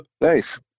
Nice